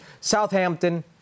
Southampton